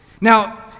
Now